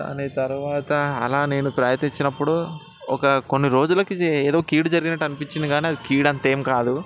కానీ తర్వాత అలా నేను ప్రయత్నించినప్పుడు ఒక కొన్నిరోజులకి ఇది ఏదో కీడు జరిగినట్టు అనిపించింది కానీ అది కీడు అంతేం కాదు